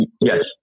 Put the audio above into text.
Yes